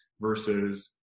versus